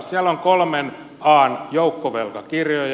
siellä on kolmen an joukkovelkakirjoja